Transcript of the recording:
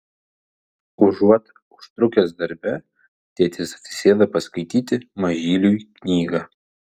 užuot užtrukęs darbe tėtis atsisėda paskaityti mažyliui knygą